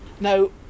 now